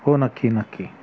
हो नक्की नक्की